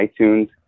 iTunes